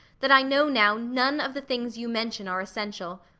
that i know now none of the things you mention are essential.